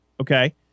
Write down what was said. okay